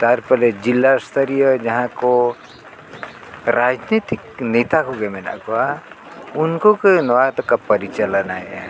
ᱛᱟᱨᱯᱚᱨᱮ ᱡᱮᱞᱟ ᱥᱛᱚᱨᱤᱭᱚ ᱡᱟᱦᱟᱸ ᱠᱚ ᱨᱟᱡᱽᱱᱤᱛᱤᱠ ᱱᱮᱛᱟ ᱠᱚᱜᱮ ᱢᱮᱱᱟᱜ ᱠᱚᱣᱟ ᱩᱱᱠᱩ ᱜᱮ ᱱᱚᱣᱟ ᱫᱚᱠᱚ ᱯᱚᱨᱤᱪᱟᱞᱚᱱᱟᱭᱮᱜᱼᱟ